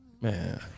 man